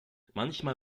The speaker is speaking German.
manchmal